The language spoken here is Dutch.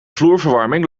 vloerverwarming